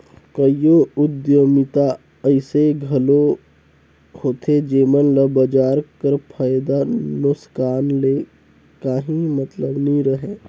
कइयो उद्यमिता अइसे घलो होथे जेमन ल बजार कर फयदा नोसकान ले काहीं मतलब नी रहें